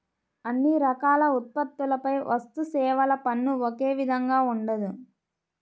అన్ని రకాల ఉత్పత్తులపై వస్తుసేవల పన్ను ఒకే విధంగా ఉండదు